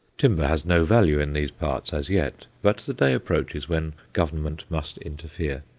timber has no value in those parts as yet, but the day approaches when government must interfere.